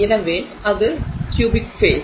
எனவே அது cubic face